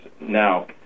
now